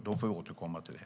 Vi återkommer till det.